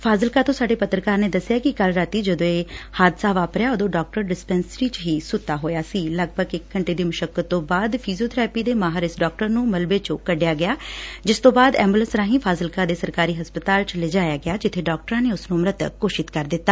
ਫਾਜ਼ਿਲਕਾ ਤੋਂ ਸਾਡੇ ਪੱਤਰਕਾਰ ਨੇ ਦਸਿਐ ਕਿ ਕੱਲ੍ ਰਾਤੀਂ ਜਦੋਂ ਇਹ ਹਾਦਸਾ ਵਾਪਰਿਆ ਉਦੋਂ ਡਾਕਟਰ ਡਿਸਪੈਂਨਸਰੀ ਚ ਹੀ ਸੁਤਾ ਹੋਇਆ ਸੀ ਲਗਭਗ ਇਕ ਘੰਟੇ ਦੇ ਮੁਸ਼ਕਤ ਤੋਂ ਬਾਅਦ ਫਿਜੀਓਥੈਰਪੀ ਦੇ ਮਾਹਿਰ ਇਸ ਡਾਕਟਰ ਨੂੰ ਮਲਬੇ ਚੋਂ ਕਡਿਆ ਗਿਆ ਜਿਸ ਤੋਂ ਬਾਅਦ ਐਬੁਲੈਸ ਰਾਹੀਂ ਫਾਜ਼ਿਲਕਾ ਦੇ ਸਰਕਾਰੀ ਹਸਪਤਾਲ ਚ ਲਿਆਂਦਾ ਗਿਆ ਜਿੱਬੇ ਡਾਕਟਰਾਂ ਨੇ ਉਸ ਨੂੰ ਮ੍ਰਿਤਕ ਘੋਸ੍ਰਿਤ ਕਰ ਦਿਤਾ